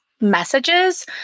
messages